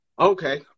Okay